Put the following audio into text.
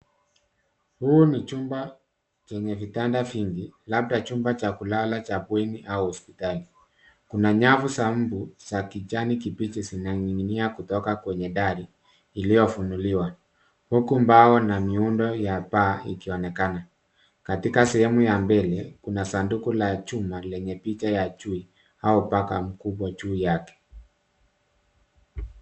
Huu ni chumba chenye vitanda vingi labda chumba cha kulala cha bweni au hospitali ,kuna nyavu za mbu za kijani kibichi kutoka kwenye dari iliyowafunuliwa huku mbao na miundo ya paa ikionekana, katika sehemu ya mbele kuna sanduku la chuma lenye picha ya chui au paka mkubwa juu yake.